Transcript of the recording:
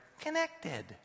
connected